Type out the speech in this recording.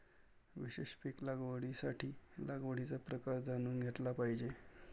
विशेष पीक लागवडीसाठी लागवडीचा प्रकार जाणून घेतला पाहिजे